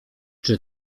czy